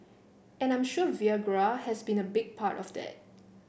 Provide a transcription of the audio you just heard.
and I am sure Viagra has been a big part of that